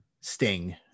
Sting